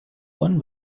one